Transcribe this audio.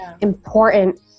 important